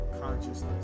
consciousness